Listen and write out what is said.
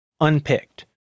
unpicked